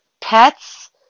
pets